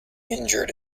injured